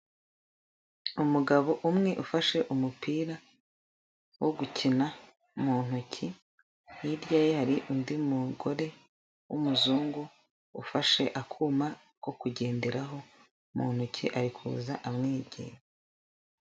Umugabo umwe ufashe umupira wo gukina mu ntoki, hirya ye hari undi mugore w'umuzungu, ufashe akuma ko kugenderaho mu ntoki, ari kuza amwegera.